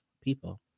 people